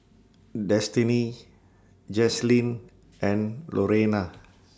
Destiney Jaslene and Lorena